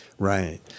Right